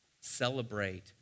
Celebrate